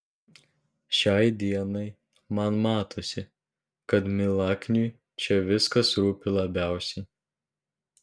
šiai dienai man matosi kad milakniui čia viskas rūpi labiausiai